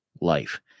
life